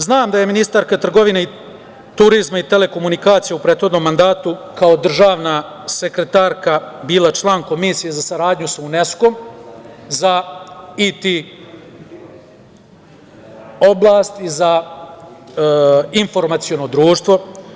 Znam da je ministarka trgovine, turizma i telekomunikacija u prethodnom mandatu, kao državna sekretarka, bila član Komisije za saradnju sa UNESKO za IT oblast i za informaciono društvo.